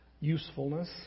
usefulness